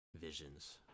Visions